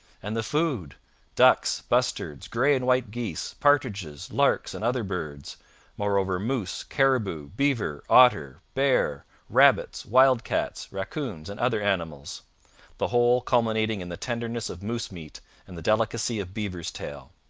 and the food ducks, bustards, grey and white geese, partridges, larks, and other birds moreover moose, caribou, beaver, otter, bear, rabbits, wild-cats, racoons, and other animals the whole culminating in the tenderness of moose meat and the delicacy of beaver's tail.